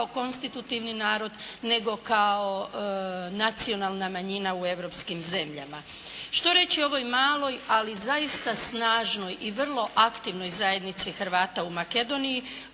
konstitutivni narod nego kao nacionalna manjina u europskim zemljama. Što reći o ovoj maloj, ali zaista snažnoj i vrlo aktivnoj zajednici Hrvata u Makedoniji.